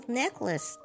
necklace